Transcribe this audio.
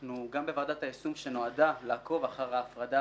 אנחנו גם בוועדת היישום שנועדה לעקוב אחר ההפרדה